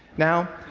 now,